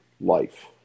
life